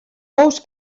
ous